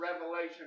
revelation